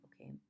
Okay